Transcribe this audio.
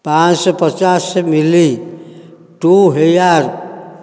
ପାଞ୍ଚ ଶହ ପଚାଶ ମି ଲି ଟ୍ରୁ ହେୟାର୍